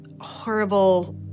horrible